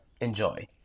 enjoy